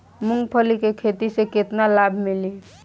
मूँगफली के खेती से केतना लाभ मिली?